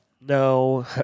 no